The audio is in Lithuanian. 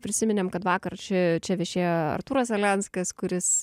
prisiminėm kad vakar čia čia viešėjo artūras alenskas kuris